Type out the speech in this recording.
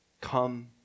Come